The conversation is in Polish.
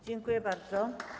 Dziękuję bardzo.